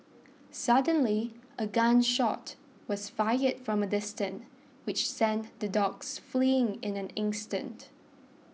suddenly a gun shot was fired from a distance which sent the dogs fleeing in an instant